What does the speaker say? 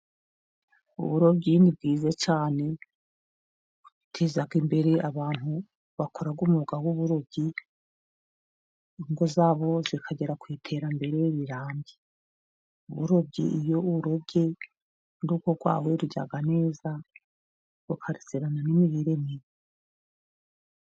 Uburobyi ni bwiza cyane buteza imbere abantu bakora umwuga w'uburobyi ingo zabo zikagera ku iterambere rirambye, uburobyi iyo urugo rwawe rurya neza rukarasirana n'imini.